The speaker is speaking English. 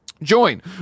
Join